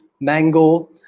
mango